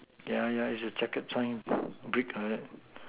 yeah yeah you should check the sign big on it